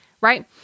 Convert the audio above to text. right